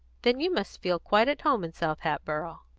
then you must feel quite at home in south hatboro'!